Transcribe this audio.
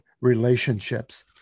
relationships